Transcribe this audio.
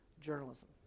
journalism